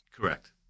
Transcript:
Correct